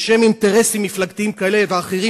בשם אינטרסים מפלגתיים כאלה ואחרים,